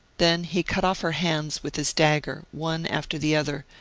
then he cut off her hands with his dagger, one after the other,